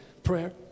prayer